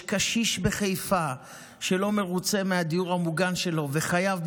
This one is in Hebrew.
יש קשיש בחיפה שלא מרוצה מהדיור המוגן שלו וחייב,